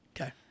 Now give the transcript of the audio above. Okay